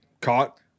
caught